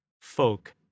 folk